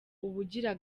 ubugira